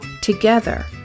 Together